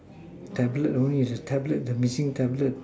tablet only the tablet machine tablet